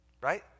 Right